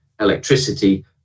electricity